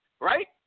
right